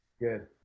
Good